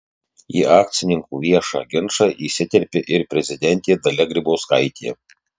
į akcininkų viešą ginčą įsiterpė ir prezidentė dalia grybauskaitė